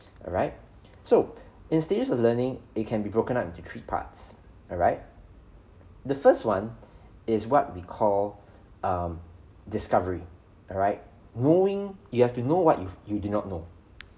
alright so in stages of learning it can be broken up into three parts alright the first one is what we call um discovery alright knowing you have to know what you've did not know